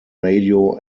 radio